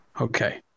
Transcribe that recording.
Okay